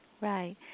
Right